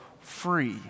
free